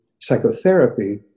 psychotherapy